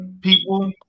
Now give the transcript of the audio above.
people